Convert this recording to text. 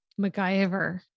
MacGyver